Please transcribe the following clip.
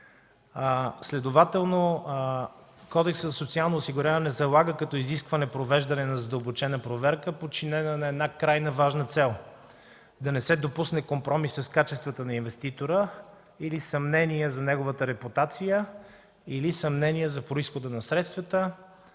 Следователно Кодексът за социално осигуряване залага като изискване провеждане на задълбочена проверка, подчинена на една крайна важна цел – да не се допусне компромис с качествата на инвеститора или съмнения за неговата репутация, или съмнения за произхода на средствата